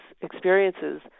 experiences